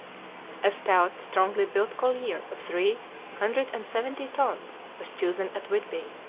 a stout, strongly built collier of three hundred and seventy tons was chosen at whitby,